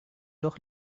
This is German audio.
doch